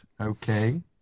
Okay